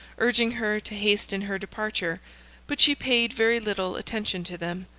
urging her to hasten her departure but she paid very little attention to them.